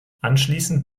anschließend